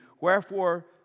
wherefore